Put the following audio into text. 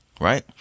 right